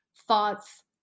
thoughts